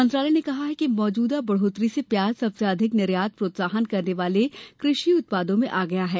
मंत्रालय ने कहा है कि मौजूदा बढ़ोतरी से प्याज सबसे अधिक निर्यात प्रोत्साहन वाले कृषि उत्पादों में आ गया है